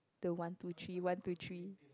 the one two three one two three